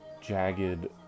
jagged